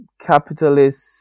capitalist